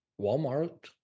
Walmart